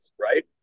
right